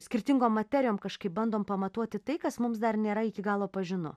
skirtingo materijom kažkaip bandom pamatuoti tai kas mums dar nėra iki galo